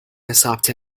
ثبت